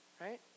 right